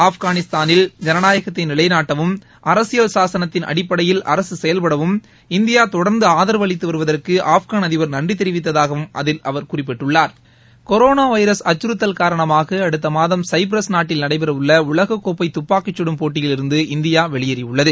ஆப்கானிஸ்தானில் ஜனநாயகத்தை நிலைநாட்டவும் அரசியல் சாசனத்தின் அடிப்படையில் அரசு செயல்படவும் இந்தியா தொடர்ந்து ஆதரவு அளித்து வருவதற்கு ஆப்கான் அதிபர் நன்றி தெரிவித்ததாகவும் கொரோணா வைரஸ் அச்கறுத்தல் காரணமாக அடுத்த மாதம் சைப்ரஸ் நாட்டில் நடைபெறவுள்ள உலகக்கோக்பை துப்பாக்கி கடும் போட்டியிலிருந்து இந்தியா வெளியேறியுள்ளது